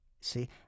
See